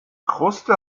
kruste